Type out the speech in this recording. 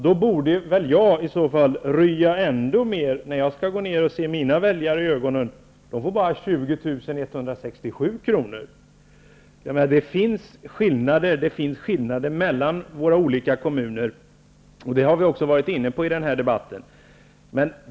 Då borde jag i så fall rya ändå mer när jag skall se mina väljare i ögonen, som får bara 20 167 kr. Det finns skillnader mellan våra olika kommuner, och det har vi varit inne på i den här debatten.